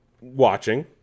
watching